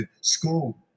school